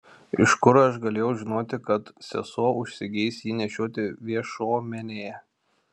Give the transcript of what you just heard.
iš kur aš galėjau žinoti kad sesuo užsigeis jį nešioti viešuomenėje